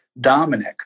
Dominic